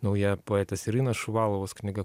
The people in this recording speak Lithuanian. nauja poetės irinos šuvalovos knyga